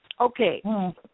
okay